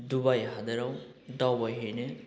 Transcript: Dubai हादराव दावबायहैनो